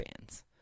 fans